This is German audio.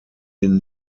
den